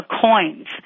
Coins